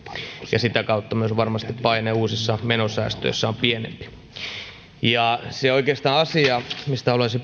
ja sitä kautta myös varmasti paine uusissa menosäästöissä on pienempi oikeastaan se asia mistä haluaisin